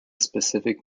specific